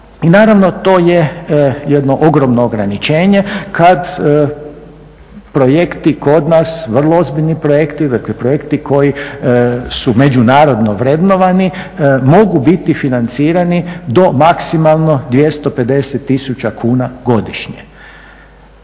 I naravno to je jedno ogromno ograničenje kad projekti kod nas, vrlo ozbiljni projekti, dakle projekti koji su međunarodno vrednovani mogu biti financirani do maksimalno 250000 kuna godišnje.